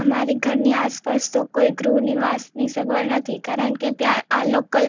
અમારે ઘરની આસપાસ તો કોઈ ગૃહ નિવાસની સગવડ નથી કારણ કે ત્યાં આ લોકલ